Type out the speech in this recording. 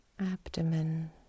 abdomen